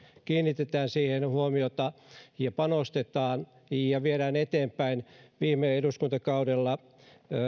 kiinnitetään siihen huomiota ja panostetaan ja viedään eteenpäin viime eduskuntakaudella